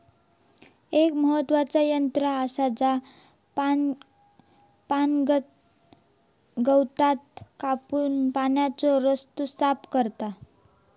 एक महत्त्वाचा यंत्र आसा जा पाणगवताक कापून पाण्याचो रस्तो साफ करता